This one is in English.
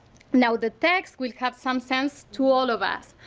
now the text will have some sense to all of us.